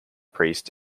priest